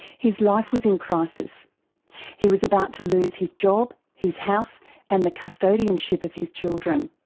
his life was in crisis, he was about to lose his job, his house and the custodianship of his children,